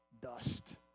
dust